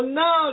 no